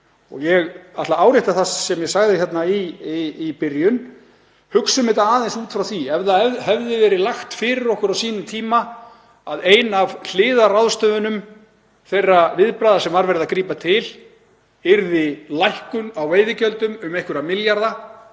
og ég ætla að árétta það sem ég sagði hér í byrjun. Hugsum þetta aðeins út frá því að það hefði verið lagt fyrir okkur á sínum tíma að ein af hliðarráðstöfunum þeirra viðbragða sem var verið að grípa til yrði lækkun á veiðigjöldum um einhverja milljarða.